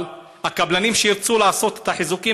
אבל הקבלנים שירצו לעשות את החיזוקים